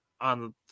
on